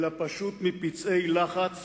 אלא פשוט מפצעי לחץ